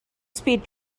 speed